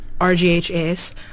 RGHS